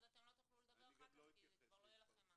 אז אתם לא תוכלו לדבר אחר כך כי כבר לא יהיה לכם מה.